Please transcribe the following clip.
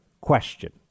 question